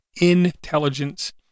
intelligence